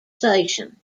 station